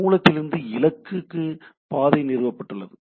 மூலத்திலிருந்து இலக்குக்கு பாதை நிறுவப்பட்டுள்ளது